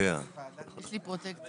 יש גם דינים אחרים,